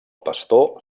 pastor